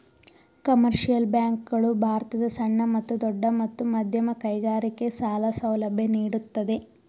commercial bank ಗಳು ಭಾರತದ ಸಣ್ಣ ಮತ್ತು ದೊಡ್ಡ ಮತ್ತು ಮಧ್ಯಮ ಕೈಗಾರಿಕೆ ಸಾಲ ಸೌಲಭ್ಯ ನೀಡುತ್ತದೆ